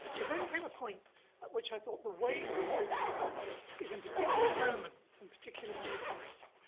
then came a point which i thought the way to focus it is in particular moments, in particular meetings,